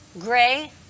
gray